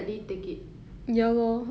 ya ah tough